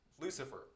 Lucifer